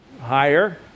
Higher